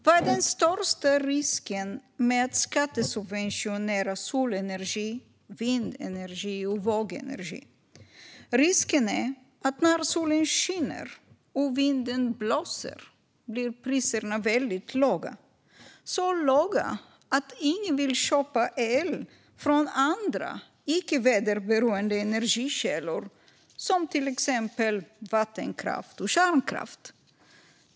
Vad är den största risken med att skattesubventionera solenergi, vindenergi och vågenergi? Risken är att när solen skiner och vinden blåser blir priserna väldigt låga - så låga att ingen vill köpa el från andra, icke-väderberoende energikällor som till exempel vattenkraft och kärnkraft.